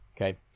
okay